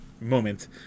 moment